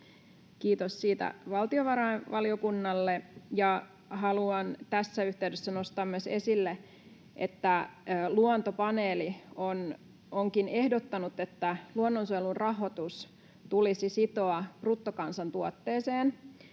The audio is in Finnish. Kiitos siitä valtiovarainvaliokunnalle. Haluan tässä yhteydessä myös nostaa esille, että Luontopaneeli onkin ehdottanut, että luonnonsuojelun rahoitus tulisi sitoa bruttokansantuotteeseen